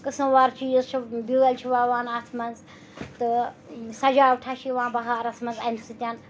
قٕسموار وار چیٖز چھِ بیٛٲلۍ چھِ وَوان اَتھ منٛز تہٕ سَجاوٹھا چھِ یِوان بَہارَس منٛز اَمہِ سۭتۍ